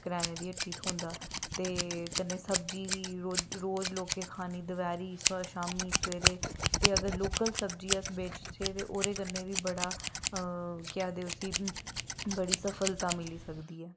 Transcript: करेयाने दी हट्टी थ्होंदा ते कन्नै सब्जी बी रोज़ लोकें खानी दपैह्रीं शामीं सवेरे ते अगर लोकल सब्जी अस बेचचे ते ओह्दे कन्नै बी बड़ा केह् आखदे उसी बड़ी सफलता मिली सकदी ऐ